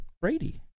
Brady